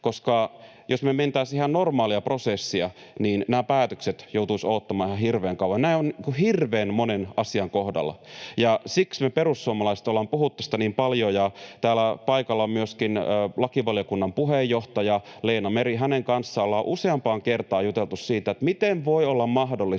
jos mentäisiin ihan normaalia prosessia, niin nämä päätökset joutuisivat odottamaan ihan hirveän kauan. Näin on hirveän monen asian kohdalla, ja siksi me perussuomalaiset ollaan puhuttu tästä niin paljon. Täällä paikalla on myöskin lakivaliokunnan puheenjohtaja Leena Meri. Hänen kanssaan ollaan useampaan kertaan juteltu siitä, miten voi olla mahdollista,